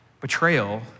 Betrayal